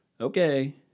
Okay